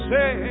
Say